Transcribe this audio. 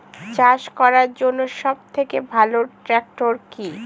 চাষ করার জন্য সবথেকে ভালো ট্র্যাক্টর কি?